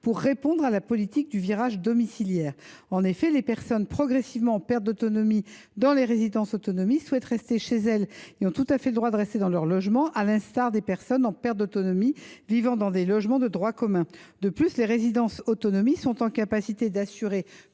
pour appuyer la politique du virage domiciliaire. En effet, les personnes en perte progressive d’autonomie dans les résidences autonomie souhaitent y rester, et elles en ont tout à fait le droit, à l’instar des personnes en perte d’autonomie vivant dans des logements de droit commun. De plus, les résidences autonomie ont la capacité d’assurer